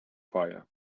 fire